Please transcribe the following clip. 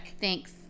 thanks